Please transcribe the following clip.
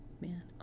Man